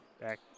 Back